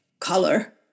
color